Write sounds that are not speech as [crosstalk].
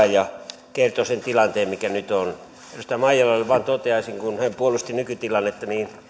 [unintelligible] ja kertoi sen tilanteen mikä nyt on edustaja maijalalle vain toteaisin kun hän puolusti nykytilannetta niin